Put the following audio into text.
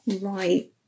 right